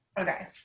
Okay